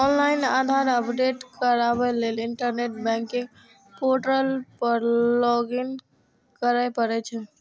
online Aadhaar update कराबै लेल internet banking portal पर लॉगइन करय पड़ै छै